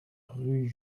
rue